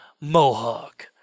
Mohawk